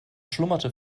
schlummerte